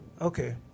Okay